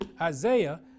Isaiah